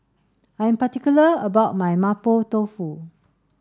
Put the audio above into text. I am particular about my Mapo Tofu